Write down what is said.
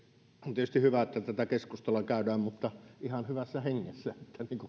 tietysti hyvä että tätä keskustelua käydään ja ihan hyvässä hengessä